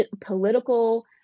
political